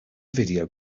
video